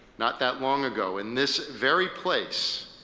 not that long ago, in this very place,